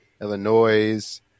Illinois